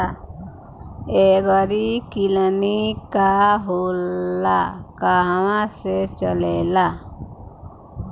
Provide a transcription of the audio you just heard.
एगरी clinic का होला कहवा से चलेँला?